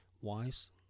wise